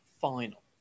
final